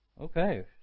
Okay